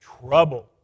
trouble